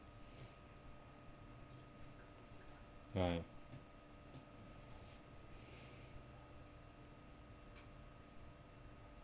ya ya